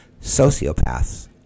sociopaths